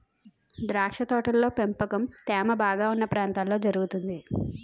ద్రాక్ష తోటల పెంపకం తేమ బాగా ఉన్న ప్రాంతాల్లో జరుగుతుంది